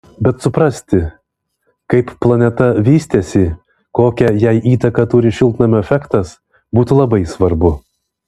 bet suprasti kaip planeta vystėsi kokią jai įtaką turi šiltnamio efektas būtų labai svarbu